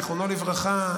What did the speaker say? זיכרונו לברכה,